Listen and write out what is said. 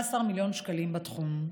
כ-15 מיליון שקלים בתחום.